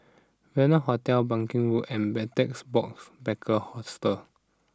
Venue Hotel banking Road and Betel Box Backpackers Hostel